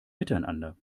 miteinander